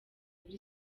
kuri